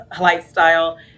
lifestyle